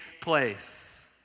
place